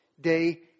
day